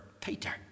Peter